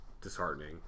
disheartening